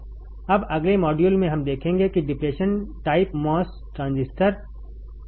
अब अगले मॉड्यूल में हम देखेंगे कि डिप्लेशन टाइप मॉस ट्रांजिस्टर क्या है